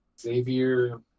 Xavier